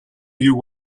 you